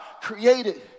created